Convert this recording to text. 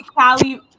Callie